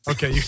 Okay